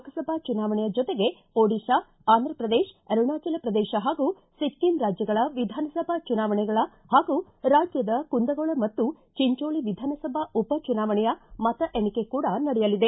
ಲೋಕಸಭಾ ಚುನಾವಣೆಯ ಜೊತೆಗೆ ಒಡಿಸ್ಸಾ ಆಂಧ್ರಪ್ರದೇಶ ಅರುಣಾಚಲ ಪ್ರದೇಶ ಹಾಗೂ ಒಕ್ಕಿಂ ರಾಜ್ಯಗಳ ವಿಧಾನಸಭಾ ಚುನಾವಣೆಗಳ ಹಾಗೂ ರಾಜ್ಯದ ಕುಂದಗೋಳ ಮತ್ತು ಚಿಂಚೋಳ ವಿಧಾನಸಭಾ ಉಪ ಚುನಾವಣೆಯ ಮತ ಎಣಿಕೆ ಕೂಡ ನಡೆಯಲಿದೆ